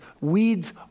Weeds